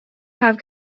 have